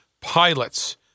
pilots